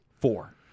four